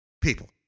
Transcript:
People